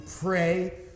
pray